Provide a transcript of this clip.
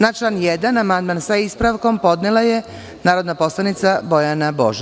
Na član 1. amandman, sa ispravkom, podnela je narodna poslanica Bojana Božanić.